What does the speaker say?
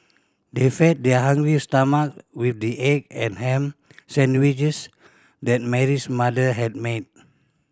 they fed their hungry stomach with the egg and ham sandwiches that Mary's mother had made